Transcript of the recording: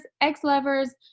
ex-lovers